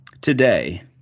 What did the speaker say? today